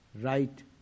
Right